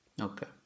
Okay